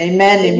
Amen